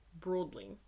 broadly